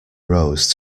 rose